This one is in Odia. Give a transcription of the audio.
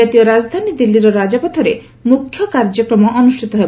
ଜାତୀୟ ରାଜଧାନୀ ଦିଲ୍ଲୀର ରାଜପଥରେ ମୁଖ୍ୟ କାର୍ଯ୍ୟକ୍ରମ ଅନୁଷ୍ଠିତ ହେବ